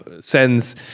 sends